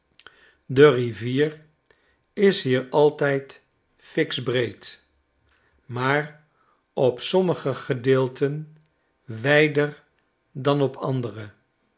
de rivier is hier altijd fiks breed maar op sommige gedeelten wijder dan op andere